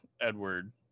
Edward